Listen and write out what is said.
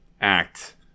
act